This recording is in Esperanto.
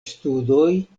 studoj